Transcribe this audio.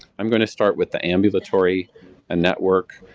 i'm going to start with the ambulatory ah network.